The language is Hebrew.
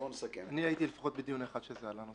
אני הייתי לפחות בדיון נוסף אחד שזה עלה.